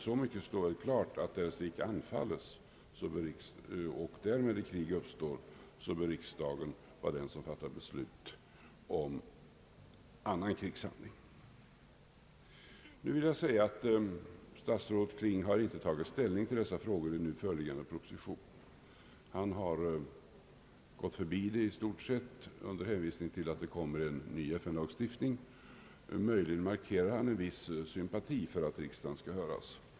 Så mycket står emellertid klart, att därest riket icke anfalles och därmed ett krig uppstår, bör riksdagen fatta beslut om annan krigshandling Statsrådet Kling har inte tagit ställ ning till dessa frågor i nu föreliggande proposition. Han har i stort sett gått förbi dem under hänvisning till att det kommer en ny FN-lagstiftning. Möjligen markerar han en viss sympati för att riksdagen skall höras.